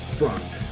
front